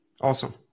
Awesome